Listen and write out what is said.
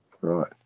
right